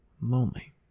Lonely